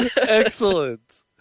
Excellent